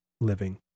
living